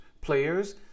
players